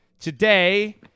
today